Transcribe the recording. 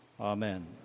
Amen